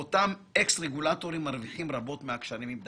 אותם אקס רגולטורים מרוויחים רבות מהקשרים עם דנקנר.